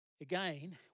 Again